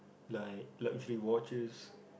like luxury watches